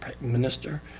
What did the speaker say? minister